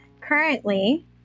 currently